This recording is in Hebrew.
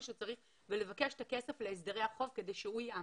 שצריך ולבקש את הכסף להסדרי החוב כדי שהוא יעמוד.